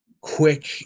quick